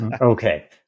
Okay